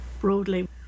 broadly